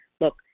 Look